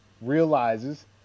realizes